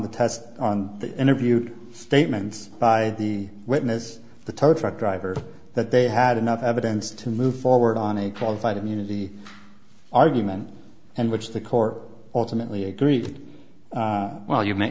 the test on the interview statements by the witness the tow truck driver that they had enough evidence to move forward on a qualified immunity argument and which the court ultimately agreed well you m